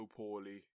poorly